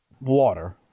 water